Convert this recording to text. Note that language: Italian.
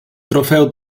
trofeo